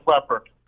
leopard